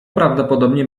prawdopodobnie